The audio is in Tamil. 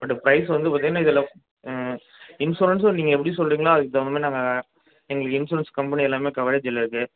பட் பிரைஸ் வந்து பார்த்திங்கன்னா இதில் இன்சூரன்ஸும் நீங்கள் எப்படி சொல்கிறீங்களோ அதுக்கு தகுந்தமாதிரி நாங்கள் எங்களுக்கு இன்சூரன்ஸ் கம்பெனி எல்லாம் கவரேஜில் இருக்கு